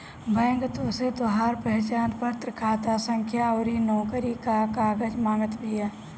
bank तोहसे तोहार पहचानपत्र, खाता संख्या अउरी नोकरी कअ कागज मांगत बिया